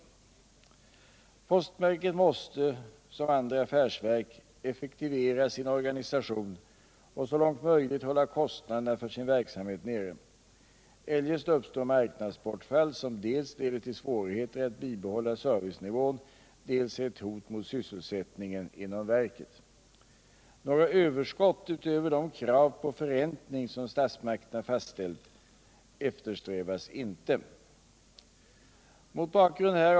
Postverket måste som andra affärsverk effektivera sin organisation och så långt möjligt hålla kostnaderna för sin verksamhet nere. Eljest uppstår marknadsbortfall som dels leder till svårigheter att bibehålla servicenivån, dels är ett hot mot sysselsättningen inom verket. Några överskott utöver de krav på förräntning som statsmakterna fastställt eftersträvas inte.